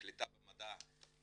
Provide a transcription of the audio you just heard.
קליטה במדע,